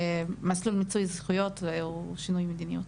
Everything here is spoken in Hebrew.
במסלול מיצוי זכויות ושינוי מדיניות.